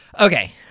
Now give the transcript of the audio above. Okay